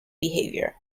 behavior